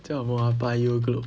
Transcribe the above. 叫什么 ah bio globe